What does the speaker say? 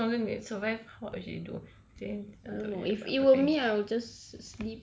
ya if humans don't have to work to survive what would you I think I don't know what about the thing